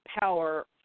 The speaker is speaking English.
power